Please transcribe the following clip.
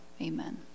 Amen